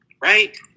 right